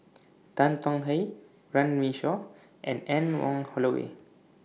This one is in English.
Tan Tong Hye Runme Shaw and Anne Wong Holloway